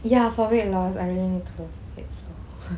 ya for weight loss I really need to lose weight so